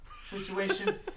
situation